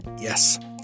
yes